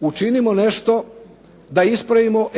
Učinimo nešto da ispravimo